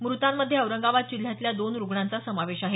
मृतांमध्ये औरंगाबाद जिल्ह्यातल्या दोन रुग्णांचा समावेश आहे